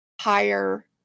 higher